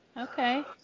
Okay